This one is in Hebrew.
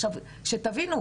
עכשיו שתבינו,